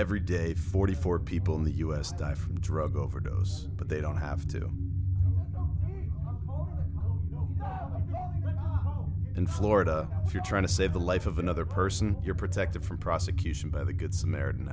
every day forty four people in the us die from drug overdose but they don't have to do in florida if you're trying to save the life of another person you're protected from prosecution by the good samaritan